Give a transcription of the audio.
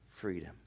freedom